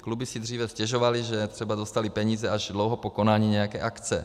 Kluby si dříve stěžovaly, že třeba dostaly peníze až dlouho po konání nějaké akce.